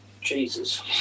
Jesus